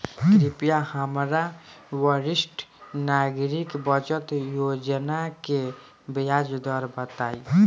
कृपया हमरा वरिष्ठ नागरिक बचत योजना के ब्याज दर बताई